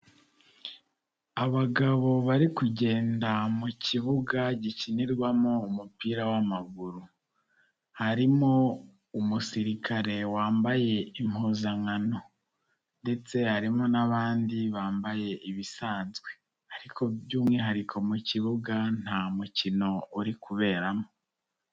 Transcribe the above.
Abagabo bari kugenda mu kibuga gikinirwamo umupira w'amaguru harimo umusirikare wambaye impuzankano ndetse harimo n'abandi bambaye ibisanzwe ariko by'umwihariko mu kibuga nta mukino uri kuberamo.